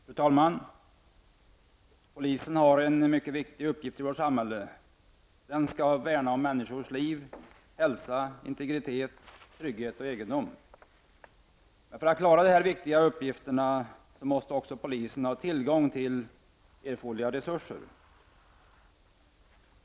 Fru talman! Polisen har en mycket viktig uppgift i vårt samhälle. Den skall värna om människors liv, hälsa, integritet, trygghet och egendom. För att klara denna viktiga uppgift måste polisen också ha tillgång till erforderliga resurser.